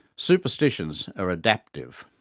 superstitions are adaptive.